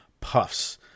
puffs